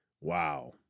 Wow